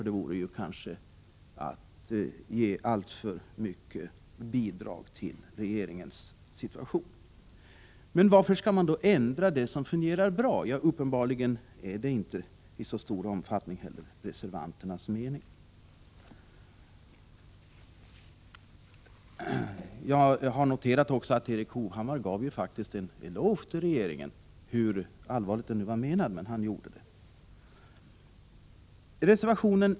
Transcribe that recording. Det vore ju att ge alltför mycket bidrag till regeringens situation. Men varför skall man ändra det som fungerar bra? Uppenbarligen är det inte heller reservanternas mening att detta skall ske i någon större omfattning. Jag har också noterat att Erik Hovhammar faktiskt gav regeringen en eloge. Om den var allvarligt menad vet jag inte, men han gjorde det i alla fall.